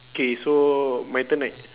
K so my turn right